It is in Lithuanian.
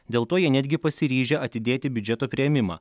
dėl to jie netgi pasiryžę atidėti biudžeto priėmimą